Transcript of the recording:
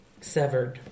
severed